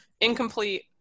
incomplete